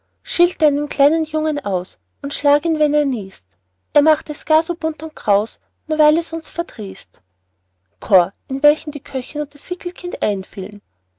schilt deinen kleinen jungen aus und schlag ihn wenn er niest er macht es gar so bunt und kraus nur weil es uns verdrießt in welchen die köchin und das wickelkind einfielen